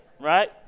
Right